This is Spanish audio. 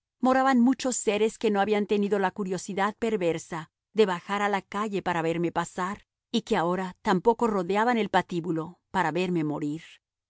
moraban muchos seres que no habían tenido la curiosidad perversa de bajar a la calle para verme pasar y que ahora tampoco rodeaban el patíbulo para verme morir